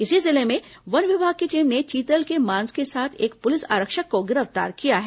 इसी जिले में वन विभाग की टीम ने चीतल मांस के साथ एक पुलिस आरक्षक को गिरफ्तार किया है